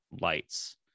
lights